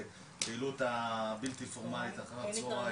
לתנועות הבלתי פורמלית אחר הצוהריים?